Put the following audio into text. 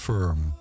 Firm